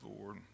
Lord